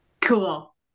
Cool